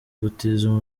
gutiza